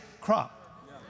crop